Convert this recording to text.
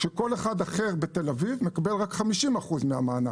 כאשר כל אחד אחד בתל אביב מקבל רק 50% מהמענק.